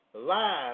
live